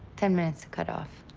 ten minutes to cut off.